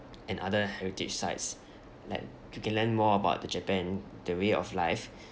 and other heritage sites like we can learn more about the japan the way of life